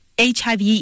HIV